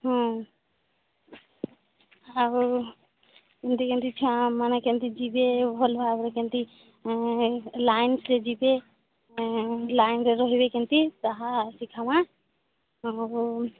ହୁଁ ଆଉ କେମିତି କେମିତି ଛୁଆମାନେ ଯିବେ ଭଲ ଭାବରେ କେମିତି ଲାଇନ୍ରେ ଯିବେ ଲାଇନ୍ରେ ରହିବେ କେମିତି ତାହା ଶିଖିବା ଆଉ